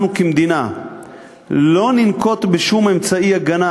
שאם אנחנו כמדינה לא ננקוט שום אמצעי הגנה,